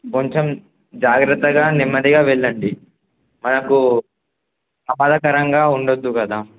కొంచెం జాగ్రత్తగా నెమ్మదిగా వెళ్ళండి మనకు ప్రమాదకరంగా ఉండద్దు కదా